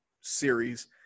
series